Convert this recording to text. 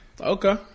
Okay